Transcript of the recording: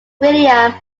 william